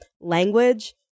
language